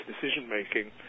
decision-making